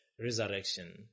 resurrection